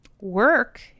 work